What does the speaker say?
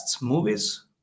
movies